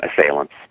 assailants